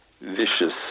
vicious